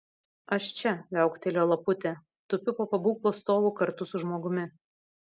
aš čia viauktelėjo laputė tupiu po pabūklo stovu kartu su žmogumi